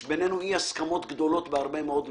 יש ביננו אי-הסכמות גדולות בהרבה מאוד נושאים.